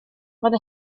roedd